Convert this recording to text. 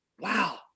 wow